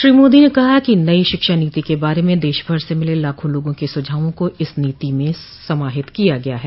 श्री मोदी ने कहा कि नई शिक्षा नीति के बारे में देशभर से मिले लाखों लोगों के सुझावों को इस नीति में समाहित किया गया है